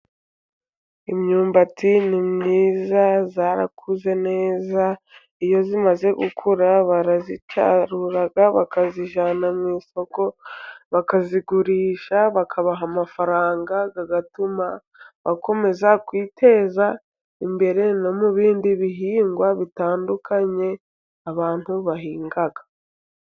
Imyumbati ni myiza yarakuze neza, iyo imaze gukura barayisarura bakayijyana mu isoko bakayigurisha bakabaha amafaranga, agatuma bakomeza kwiteza imbere ,no mu bindi bihingwa bitandukanye abantu bahinga.